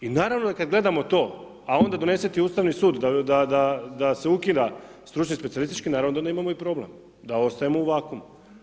I naravno kada gledamo to a onda donese ti Ustavni sud da se ukida stručni specijalistički naravno da onda imamo i problem, da ostajemo u vakumu.